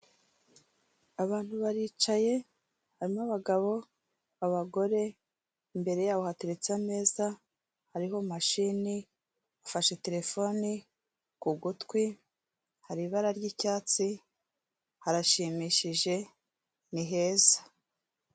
Abantu baricaye, harimo abagabo, abagore, imbere yabo hateretse ameza, hariho mashini afashe terefone ku gutwi, hari ibara ry'cyatsi, harashimishije, ni heza.